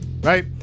right